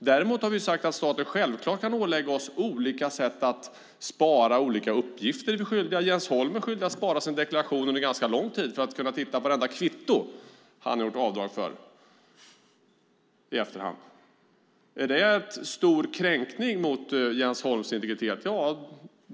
Däremot har vi sagt att staten självklart kan ålägga oss olika sätt att spara olika uppgifter. Det är vi skyldiga att göra. Jens Holm är skyldig att spara sin deklaration under ganska lång tid för att man i efterhand ska kunna titta på vartenda kvitto han har gjort avdrag för. Är det en stor kränkning av Jens Holms integritet?